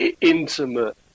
intimate